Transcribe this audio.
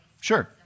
Sure